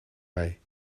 mij